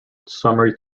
summary